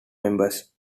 members